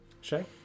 Shay